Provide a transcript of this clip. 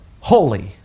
holy